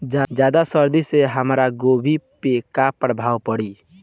ज्यादा सर्दी से हमार गोभी पे का प्रभाव पड़ी?